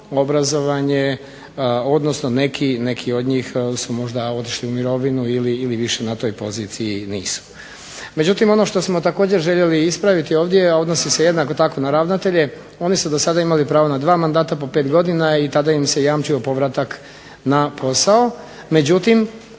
obrazovanje, odnosno neki od njih su možda otišli u mirovinu ili više na toj poziciji nisu. Međutim, ono što smo također željeli ispraviti ovdje, a odnosi se jednako tako na ravnatelje oni su do sada imali pravo na dva mandata po pet godina i tada im se jamčio povratak na posao. Međutim,